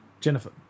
Jennifer